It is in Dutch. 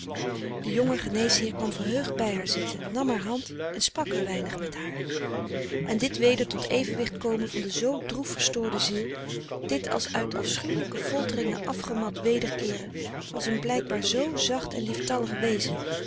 de jonge geneesheer kwam verheugd bij haar zitten nam haar hand en sprak een weinig met haar en dit weder tot evenwicht komen van de zoo droef verstoorde ziel dit als uit afschuwelijke folteringen afgemat wederkeeren van een blijkbaar zoo zacht en lieftallig wezen